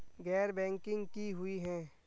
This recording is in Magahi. गैर बैंकिंग की हुई है?